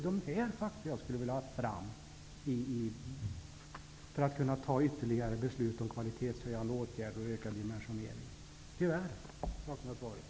Det är dessa fakta jag skulle vilja ha fram för att man skall kunna fatta ytterligare beslut om kvalitetshöjande åtgärder och ökad dimensionering.